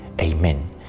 Amen